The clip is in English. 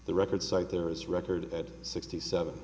the record site there is record that sixty seven